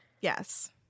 yes